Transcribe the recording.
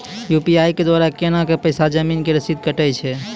UPI के द्वारा केना कऽ पैसा जमीन के रसीद कटैय छै?